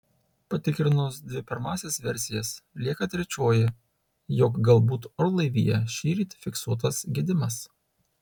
patikrinus dvi pirmąsias versijas lieka trečioji jog galbūt orlaivyje šįryt fiksuotas gedimas